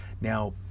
Now